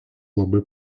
labai